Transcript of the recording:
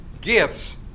gifts